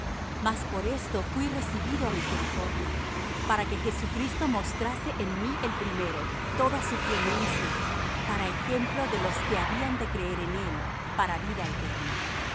mas por esto fuí recibido á misericordia para que jesucristo mostrase en mí el primero toda su clemencia para ejemplo de los que habían de creer en él para vida eterna